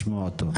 לשמוע אותו.